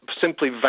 simply